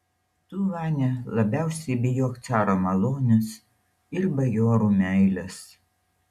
tu vania labiausiai bijok caro malonės ir bajorų meilės